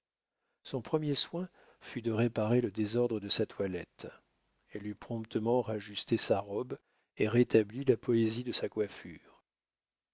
son premier soin fut de réparer le désordre de sa toilette elle eut promptement rajusté sa robe et rétabli la poésie de sa coiffure